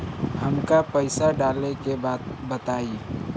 हमका पइसा डाले के बा बताई